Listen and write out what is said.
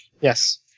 Yes